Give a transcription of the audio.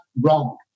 Wrong